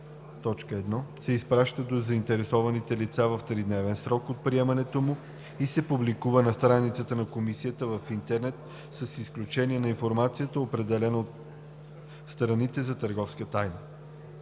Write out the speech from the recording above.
1, т. 1 се изпраща на заинтересованите лица в 3-дневен срок от приемането му и се публикува на страницата на Комисията в интернет с изключение на информацията, определена от страните за търговска тайна.